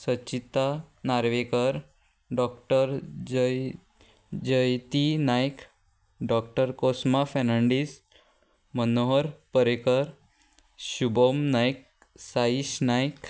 Sachita Narvekar doctor Jay Jayanti Naik doctor Cosma Fernandes Manohar Parekar Shubham Naik Saish Naik